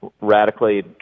radically